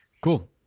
Cool